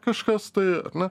kažkas tai ar ne